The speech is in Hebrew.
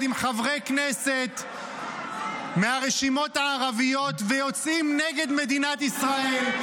עם חברי כנסת מהרשימות הערביות ויוצאת נגד מדינת ישראל?